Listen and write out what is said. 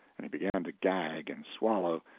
and he began to gag and swallow,